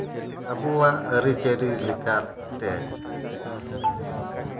ᱟᱵᱚᱣᱟᱜ ᱟᱹᱨᱤᱪᱟᱹᱞᱤ ᱞᱮᱠᱟᱛᱮ